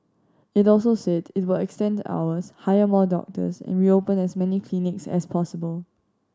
it also said it will extend hours hire more doctors and reopen as many clinics as possible